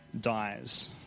dies